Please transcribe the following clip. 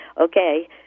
okay